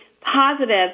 positive